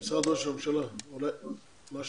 אתה